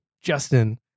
Justin